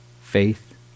Faith